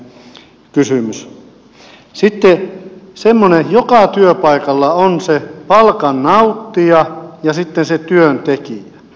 sitten semmoinen että joka työpaikalla on se palkan nauttija ja sitten se työn tekijä